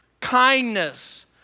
kindness